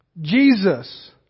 Jesus